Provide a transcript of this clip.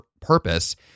purpose